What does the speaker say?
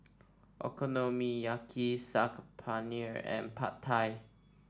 Okonomiyaki Saag Paneer and Pad Thai